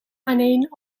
aaneen